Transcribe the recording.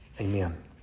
Amen